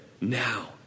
Now